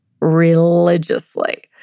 religiously